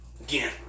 again